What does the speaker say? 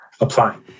applying